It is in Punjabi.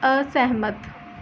ਅਸਹਿਮਤ